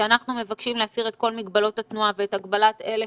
כשאנחנו מבקשים להסיר את כל מגבלות התנועה ואת הגבלת 1,000